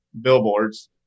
billboards